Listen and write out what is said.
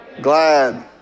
glad